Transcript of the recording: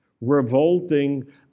revolting